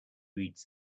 reads